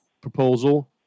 proposal